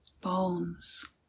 Bones